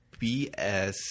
BS